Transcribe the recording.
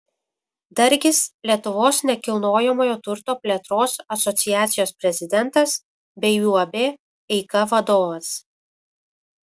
dargis lietuvos nekilnojamojo turto plėtros asociacijos prezidentas bei uab eika vadovas